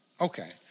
okay